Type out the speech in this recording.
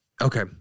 Okay